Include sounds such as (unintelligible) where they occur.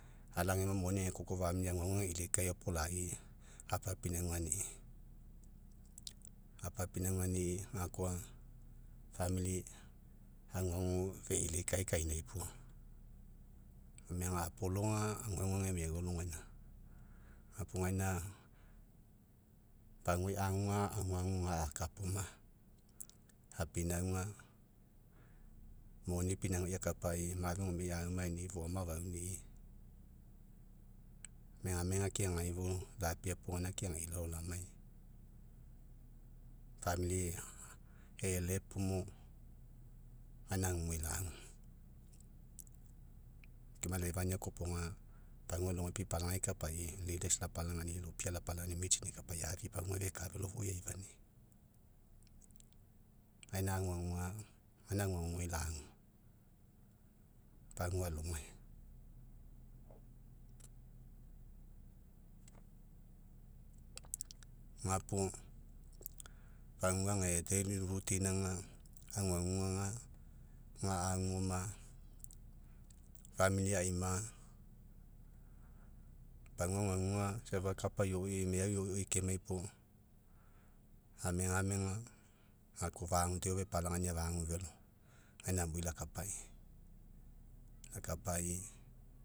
Ala ageoma, moni agekoko, (unintelligible) aguagu ageilikaei, opolai apapinaugani'i. Apapinaugani'i gakao (unintelligible) aguagu feilikae kainai puo. Gome aga apologa, aguagu age maeu alogaina. Gapuo gaina, paguai aguga, aguagu ga'akapaoma. Apinauga, moni pinauga akapai, mafe gomei aumaeni'i, foama afauni'i, megamega keagagae fou lapea puo gaina keagaiai lalao lamai. (unintelligible) e'ele puo mo, gaina agugai lagu. Omae laifania koaopoga, pagua alogai pipalagai kapai (unintelligible) lapalagaini'i (unintelligible) lapalagaini'i, mitsini kapai afi'i, pagua fefeka velo, foui afani'i, gaina aguagua, gaina aguaguai lagu, pagua alogai. Gapuo pagua age (unintelligible) aga, oguagu ga, ga agu oma, (unintelligible) aimo, pagua aguaguga safa, kapa ioi, miau ioioi kemai puo, amegamega gakoa, fagu, deo fepalagainia, fagu velo. Gaina amui lakapai'i, lakapai'i.